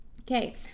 Okay